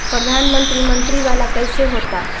प्रधानमंत्री मंत्री वाला कैसे होता?